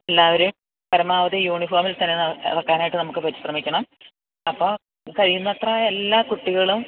എല്ലാവരെയും പരമാവധി യൂണിഫോമിൽ തന്നെ ഇറക്കാനായിട്ട് നമുക്ക് പരിശ്രമിക്കണം അപ്പോള് കഴിയുന്നത്ര എല്ലാ കുട്ടികളും